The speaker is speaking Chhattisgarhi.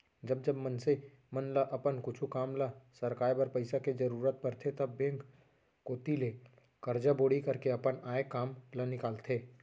जब जब मनसे मन ल अपन कुछु काम ल सरकाय बर पइसा के जरुरत परथे तब बेंक कोती ले करजा बोड़ी करके अपन आय काम ल निकालथे